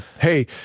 hey